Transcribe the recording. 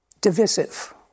divisive